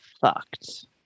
fucked